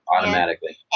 automatically